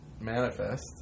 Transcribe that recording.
manifest